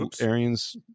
Arians